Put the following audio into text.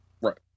Right